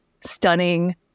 stunning